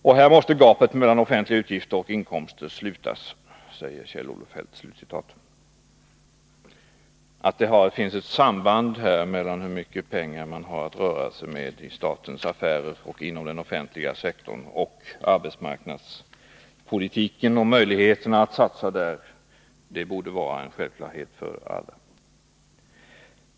”Och här måste gapet mellan offentliga utgifter och inkomster slutas.” Att det finns ett samband mellan å ena sidan hur mycket pengar man har att röra sig med i statens affärer och den offentliga sektorn och å andra sidan arbetsmarknadspolitiken och möjligheterna att satsa där — det borde vara en självklarhet för alla.